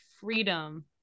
freedom